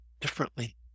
differently